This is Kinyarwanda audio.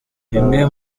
bimwe